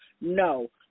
No